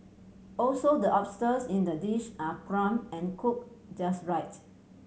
also the oysters in the dish are plump and cooked just right